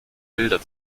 bilder